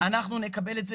אנחנו נקבל את זה.